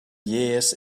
years